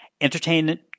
entertainment